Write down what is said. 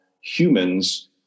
humans